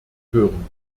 hören